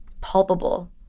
palpable